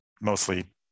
mostly